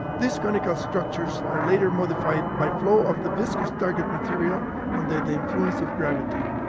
these conical structures are later modified by flow of the viscous target material under the influence of gravity.